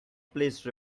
please